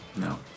no